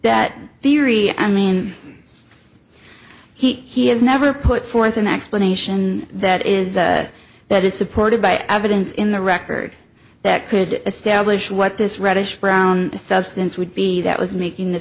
that the re i mean he has never put forth an explanation that is that is supported by evidence in the record that could establish what this reddish brown substance would be that was making th